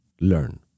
Learn